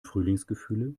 frühlingsgefühle